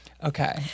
Okay